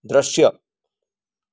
દૃશ્ય